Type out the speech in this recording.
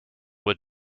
with